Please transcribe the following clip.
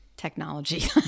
technology